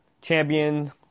champion